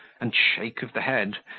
and shake of the head,